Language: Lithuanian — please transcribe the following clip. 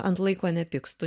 ant laiko nepykstu